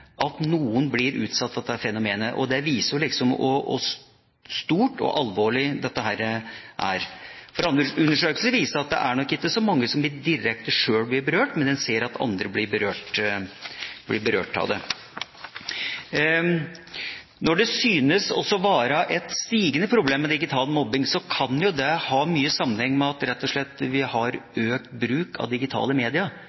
Andre undersøkelser viser at det er nok ikke så mange som sjøl blir direkte berørt, men man ser at andre blir berørt av det. Når det synes å være et stigende problem med digital mobbing, kan det ha sammenheng med at vi rett og slett har økt bruken av digitale medier, så det er ikke sikkert at det er mobbeaktiviteten i seg sjøl som øker, men at vi